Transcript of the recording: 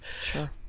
Sure